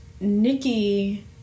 Nikki